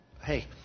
hey